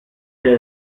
che